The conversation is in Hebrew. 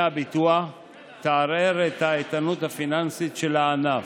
הביטוח תערער את האיתנות הפיננסית של הענף.